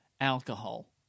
alcohol